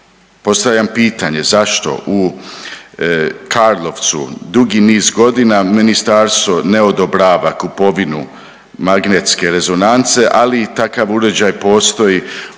postavljam pitanje zašto u Karlovcu dugi niz godina ministarstvo ne odobrava kupovinu magnetske rezonance, ali i takav uređaj postoji